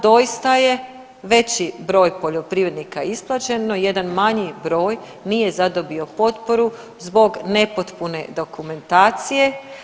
Doista je veći broj poljoprivrednika isplaćen, no jedan manji broj nije zadobio potporu zbog nepotpune dokumentacije.